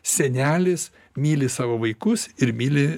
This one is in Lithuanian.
senelis myli savo vaikus ir myli